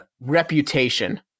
reputation